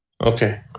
Okay